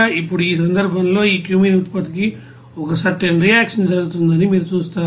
ఇప్పుడు ఈ సందర్భంలో ఈ క్యూమెన్ ఉత్పత్తికి ఒక సర్టెన్ రియాక్షన్ జరుగుతుందని మీరు చూస్తారు